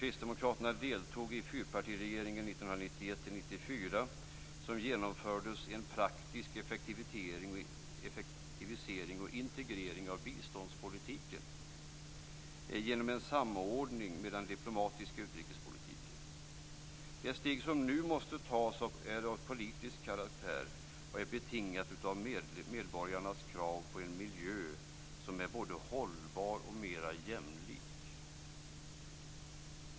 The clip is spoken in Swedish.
1991-1994 genomfördes en praktisk effektivisering och integrering av biståndspolitiken genom en samordning med den diplomatiska utrikespolitken. Det steg som nu måste tas är av politisk karaktär och är betingat av medborgarnas krav på en miljö som är både hållbar och mera jämlik.